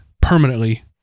permanently